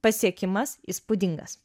pasiekimas įspūdingas